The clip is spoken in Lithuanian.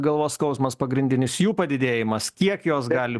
galvos skausmas pagrindinis jų padidėjimas kiek jos gali